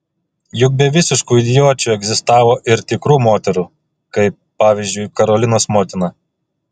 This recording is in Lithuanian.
juk be visiškų idiočių egzistavo ir tikrų moterų kaip pavyzdžiui karolinos motina